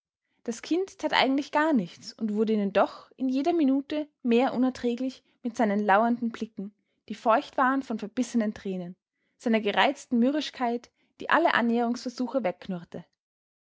das kind tat eigentlich gar nichts und wurde ihnen doch in jeder minute mehr unerträglich mit seinen lauernden blicken die feucht waren von verbissenen tränen seiner gereizten mürrischkeit die alle annäherungsversuche